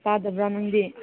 ꯇꯥꯗꯕ꯭ꯔꯥ ꯅꯪꯗꯤ